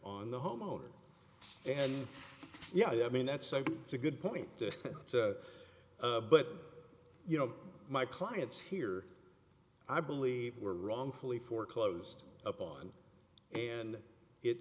on the homeowners and yeah i mean that's a good point but you know my clients here i believe were wrongfully foreclosed upon and it